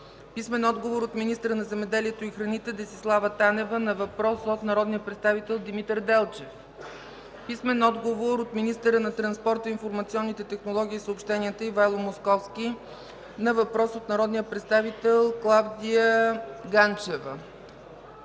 Пламен Манушев; - министъра на земеделието и храните Десислава Танева на въпрос от народния представител Димитър Делчев; - министъра на транспорта, информационните технологии и съобщенията Ивайло Московски на въпрос от народния представител Клавдия Ганчева;